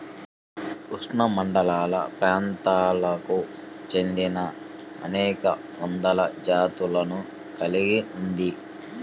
ఉష్ణమండలప్రాంతాలకు చెందినఅనేక వందల జాతులను కలిగి ఉంది